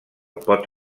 pot